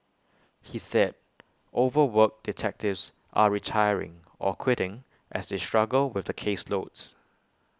he said overworked detectives are retiring or quitting as they struggle with the caseloads